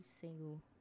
single